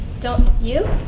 don't you?